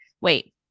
wait